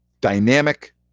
dynamic